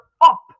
up